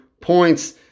points